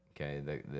okay